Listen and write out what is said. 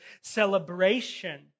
celebration